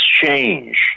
change